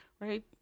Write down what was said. right